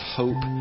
hope